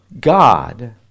God